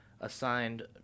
assigned